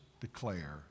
declare